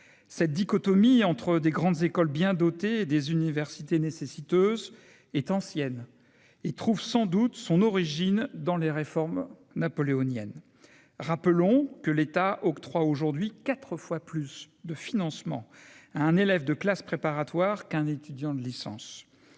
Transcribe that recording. cette dichotomie entre des grandes écoles bien dotées des universités nécessiteuses est ancienne trouve sans doute son origine dans les réformes napoléonienne, rappelons que l'État octroie aujourd'hui 4 fois plus de financement à un élève de classe préparatoire qu'un étudiant de licence,